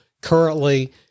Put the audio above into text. currently